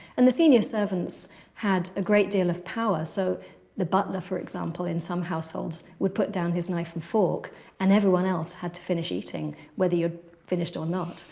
and the senior servants had a great deal of power, so the butler, for example, in some households, would put down his knife and fork and everyone else had to finish eating, whether you'd finished or not.